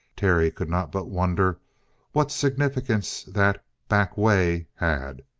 terry could not but wonder what significance that back way had.